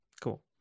Cool